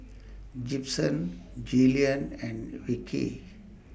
Gibson Jillian and Vickey